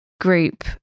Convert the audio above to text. group